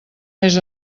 més